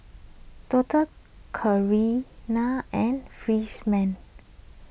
Doctor Carina and